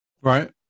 Right